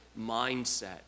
mindset